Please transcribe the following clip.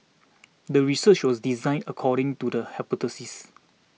the research was designed according to the hypothesis